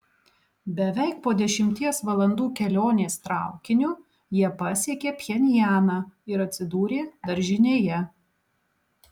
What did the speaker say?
beveik po dešimties valandų kelionės traukiniu jie pasiekė pchenjaną ir atsidūrė daržinėje